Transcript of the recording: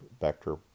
vector